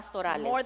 More